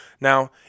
Now